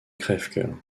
crèvecœur